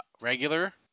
regular